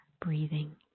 breathing